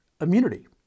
immunity